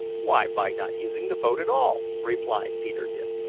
why, by not using the boat at all! replied peterkin.